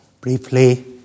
briefly